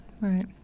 right